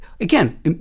Again